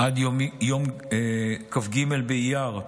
עד יום כ"ג באייר התשפ"ד,